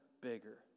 bigger